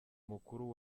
mukuru